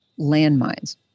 landmines